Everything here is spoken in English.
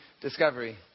discovery